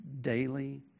daily